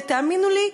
ותאמינו לי,